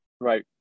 right